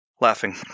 laughing